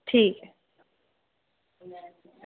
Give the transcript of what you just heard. ठीक